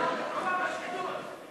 בעד מלחמה בשחיתות.